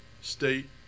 state